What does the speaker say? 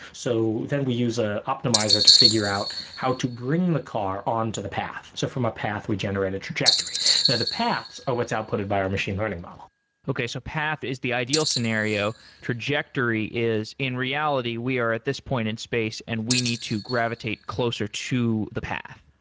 so then we use a optimizer to figure out how to bring the car onto the path. so from a path, we generate a the the paths are what's outputted by our machine learning model okay, so path is the ideal scenario. trajectory is in reality we are at this point in space and we need to gravitate closer to the path